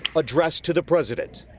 addressed to the president,